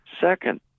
Second